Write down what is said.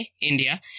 india